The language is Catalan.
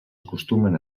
acostumen